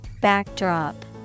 backdrop